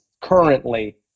currently